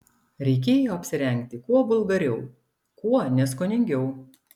reikėjo apsirengti kuo vulgariau kuo neskoningiau